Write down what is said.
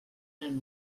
eren